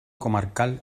comarcal